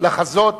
לחזות